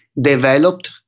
developed